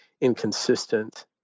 inconsistent